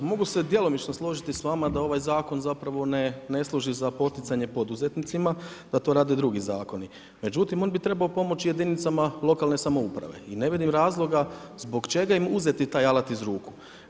Mogu se djelomično složiti s vama da ovaj zakon ne služi za poticanje poduzetnicima da to rade drugi zakoni, međutim on bi trebao pomoći jedinicama lokalne samouprave i ne vidim razloga zbog čega im uzeti taj alat iz ruku.